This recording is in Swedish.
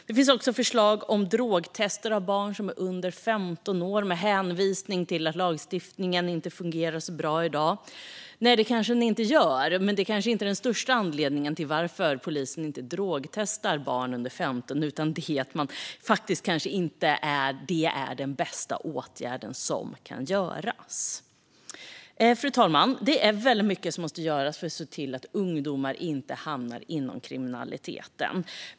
Det har också lagts fram förslag om drogtester av barn som är under 15 år med hänvisning till att lagstiftningen inte fungerar så bra i dag. Nej, det kanske den inte gör. Men det är nog inte det som är den största anledningen till att polisen inte drogtestar barn under 15 utan att detta faktiskt inte är den bästa åtgärd som kan vidtas. Fru talman! Det är väldigt mycket som måste göras för att se till att ungdomar inte hamnar i kriminalitet.